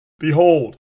Behold